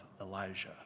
Elijah